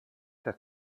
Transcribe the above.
der